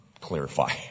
clarify